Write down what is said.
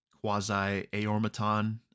quasi-Aormaton